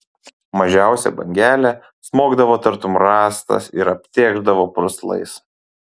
mažiausia bangelė smogdavo tartum rąstas ir aptėkšdavo purslais